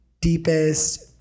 deepest